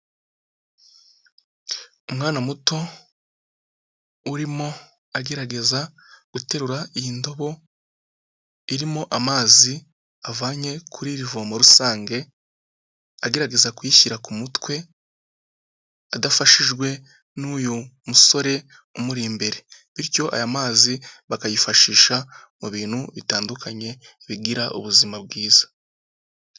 Umwana muto urimo agerageza guterura iyi ndobo irimo amazi avanye kuri iri vomo rusange agerageza kuyishyira ku mutwe adafashijwe n'uyu musore umuri imbere, bityo aya mazi bakayifashisha mu bintu bitandukanye bigira ubuzima bwiza.